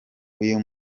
uyu